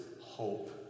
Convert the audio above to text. hope